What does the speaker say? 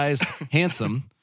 handsome